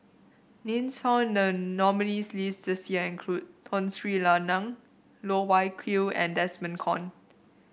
names found in the nominees' list this year include Tun Sri Lanang Loh Wai Kiew and Desmond Kon